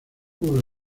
como